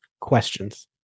questions